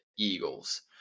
Eagles